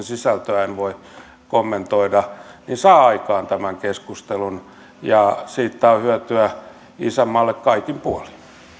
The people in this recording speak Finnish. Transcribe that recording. sisältöä en voi kommentoida saa aikaan tämän keskustelun ja siitä on hyötyä isänmaalle kaikin puolin